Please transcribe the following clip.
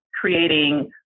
creating